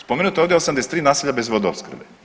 Spomenuto je ovdje 83 naselja bez vodoopskrbe.